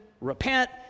Repent